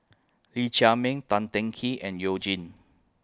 Lee Chiaw Meng Tan Teng Kee and YOU Jin